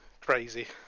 crazy